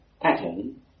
pattern